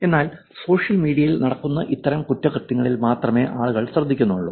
എന്നാൽ സോഷ്യൽ മീഡിയയിൽ നടക്കുന്ന ഇത്തരം കുറ്റകൃത്യങ്ങളിൽ മാത്രമേ ആളുകൾ ശ്രദ്ധിക്കുന്നുള്ളു